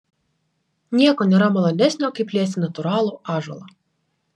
nieko nėra malonesnio kaip liesti natūralų ąžuolą